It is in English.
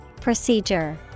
Procedure